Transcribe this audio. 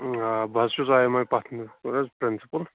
آ بہٕ حظ چھُس آئی ایم آںی پَتھنہٕ بہٕ حظ پرنسپُل